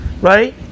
right